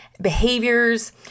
behaviors